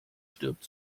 stirbt